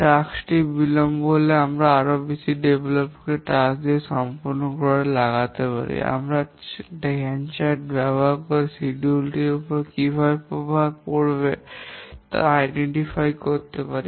টাস্কটি বিলম্ব হলে আমরা আরও বেশি ডেভেলপার কে টাস্কটি সম্পূর্ণ করতে কাজে লাগাতে পারি এবং আমরা গ্যান্ট চার্ট ব্যবহার করে সময়সূচী এর কী প্রভাব ফেলতে পারি তা চিহ্নিত করতে পারি